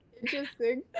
Interesting